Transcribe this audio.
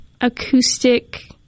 acoustic